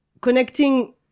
connecting